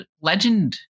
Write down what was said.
legend